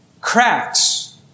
cracks